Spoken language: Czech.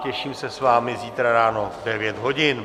Těším se s vámi zítra ráno v devět hodin.